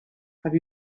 have